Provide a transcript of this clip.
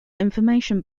information